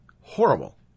horrible